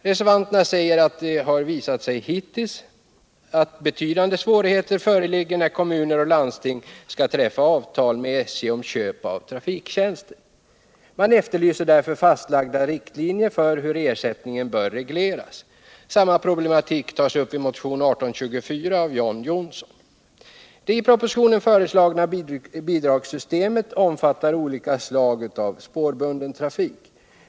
Reservanterna säger att det visat sig hittills att betydande svårigheter föreligger när kommuner och landsting skall träffa avtal med SJ om köp av trafiktjänster. Man efterlyser därför fastlagda riktlinjer för hur ersättningen bör regleras. Samma problematik tas upp i motionen 1824 av John Johnsson. Det i propositionen föreslagna bidragssystemet omfattar olika slag av spårbunden trafik.